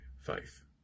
faith